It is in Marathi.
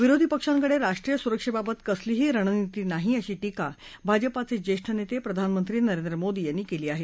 विरोधी पक्षांकडे राष्ट्रीय सुरक्षेबाबत कसलीही रणणिती नाही अशी टीका भाजपाचे ज्येष्ठ नेते प्रधानमंत्री नरेंद्र मोदी यांनी केली आहे